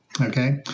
Okay